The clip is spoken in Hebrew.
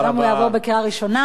אז היום הוא יעבור בקריאה ראשונה,